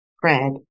Fred